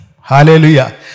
Hallelujah